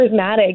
charismatic